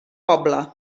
poble